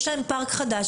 יש להם פארק חדש,